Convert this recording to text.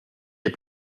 est